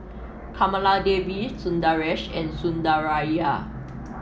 Kamaladevi Sundaresh and Sundaraiah